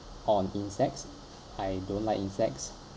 on insects I don't like insects